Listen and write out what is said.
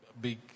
big